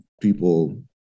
people